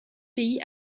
pays